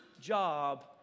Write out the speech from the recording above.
job